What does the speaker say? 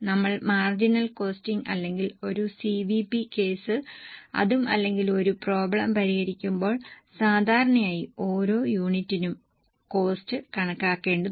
നമ്മൾ marginal costing അല്ലെങ്കിൽ ഒരു CVP കേസ് അതും അല്ലെങ്കിൽ ഒരു പ്രോബ്ലം പരിഹരിക്കുമ്പോൾ സാധാരണയായി ഓരോ യൂണിറ്റിനും കോസ്ററ് കണക്കാക്കേണ്ടതുണ്ട്